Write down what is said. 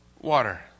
water